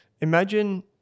Imagine